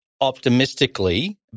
optimistically